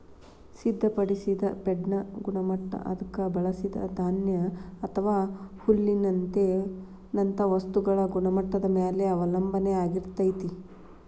ಸಿದ್ಧಪಡಿಸಿದ ಫೇಡ್ನ ಗುಣಮಟ್ಟ ಅದಕ್ಕ ಬಳಸಿದ ಧಾನ್ಯ ಅಥವಾ ಹುಲ್ಲಿನಂತ ವಸ್ತುಗಳ ಗುಣಮಟ್ಟದ ಮ್ಯಾಲೆ ಅವಲಂಬನ ಆಗಿರ್ತೇತಿ